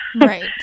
Right